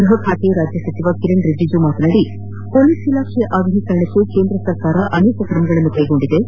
ಗೃಹ ಖಾತೆ ರಾಜ್ಯ ಸಚಿವ ಕಿರಣ್ ರಿಜಿಜು ಮಾತನಾಡಿ ಮೊಲೀಸ್ ಇಲಾಖೆಯ ಆಧುನಿಕರಣಕ್ಕೆ ಕೇಂದ್ರ ಸರ್ಕಾರ ಅನೇಕ ಕ್ರಮಗಳನ್ನು ಕೈಗೊಂಡಿದ್ದು